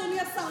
אדוני השר,